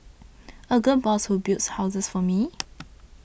a gal boss who builds houses for me